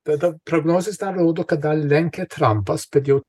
tada prognozės tą rodo kad gal lenkia trampas kad jau